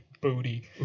booty